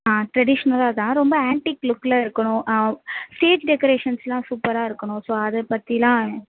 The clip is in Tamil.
ஆ ட்ரெடிஷ்னலாக தான் ரொம்ப ஆன்ட்டிக் லுக்கில் இருக்கணும் ஸ்டேஜ் டெக்கரேஷன்ஸ்யெலாம் சூப்பராக இருக்கணும் ஸோ அதை பற்றிலாம்